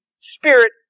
spirit